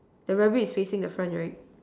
the rabbit is facing the front right